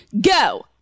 Go